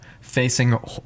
facing